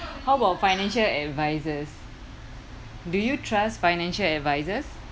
how about financial advisors do you trust financial advisors